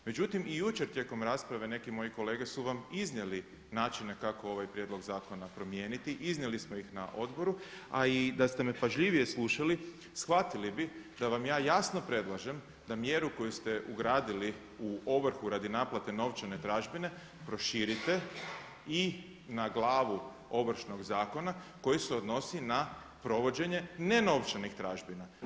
Međutim i jučer tijekom rasprave neki moji kolege su vam iznijeli načine kako ovaj prijedlog zakona promijeniti, iznijeli smo ih na odboru a i da ste me pažljivije slušali shvatili bi da vam ja jasno predlažem da mjeru koju ste ugradili u ovrhu radi naplate novčane tražbine proširite i na glavu Ovršnog zakona koji se odnosi na provođenje nenovčanih tražbina.